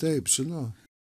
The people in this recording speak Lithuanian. taip žinau